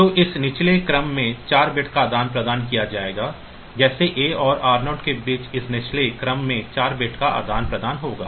तो इस निचले क्रम में 4 बिट्स का आदान प्रदान किया जाएगा जैसे A और R0 के बीच इस निचले क्रम में 4 बिट्स का आदान प्रदान होगा